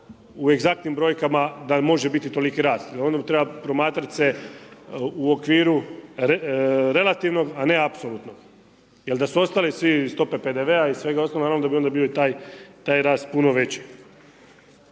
u egzaktnim brojkama da može biti toliko rast, jer ono treba promatrat se u okviru relativnog a ne apsolutnog. Jer da su ostali svi stope PDV i svega ostalog naravno da bi onda bio i taj rast puno veći.